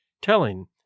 telling